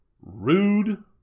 rude